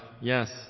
yes